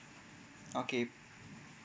okay